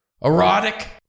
erotic